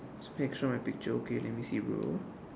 something extra in my picture okay let me see bro